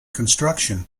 construction